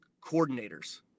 coordinators